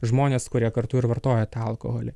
žmonės kuria kartu ir vartoja alkoholį